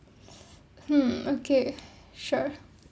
mm okay sure